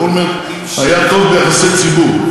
אולמרט היה טוב ביחסי ציבור,